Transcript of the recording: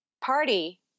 party